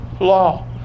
law